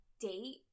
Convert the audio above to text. date